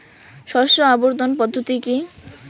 শস্য আবর্তন পদ্ধতি কি?